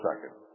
second